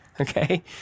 okay